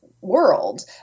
world